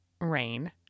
rain